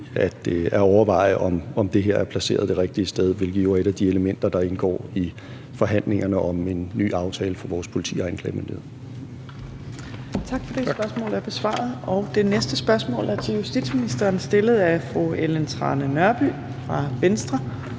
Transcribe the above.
at overveje, om det her er placeret det rigtige sted, hvilket jo er et af de elementer, der indgår i forhandlingerne om en ny aftale for vores politi og anklagemyndighed. Kl. 15:29 Fjerde næstformand (Trine Torp): Tak. Så er det spørgsmål besvaret. Det næste spørgsmål er til justitsministeren, stillet af fru Ellen Trane Nørby fra Venstre.